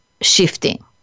shifting